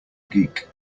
geek